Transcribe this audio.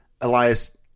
Elias